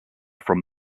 from